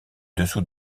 dessous